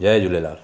Jay Jhulelal